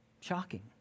Shocking